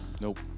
Nope